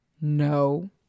No